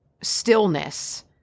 stillness